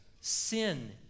Sin